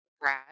Brad